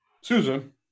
Susan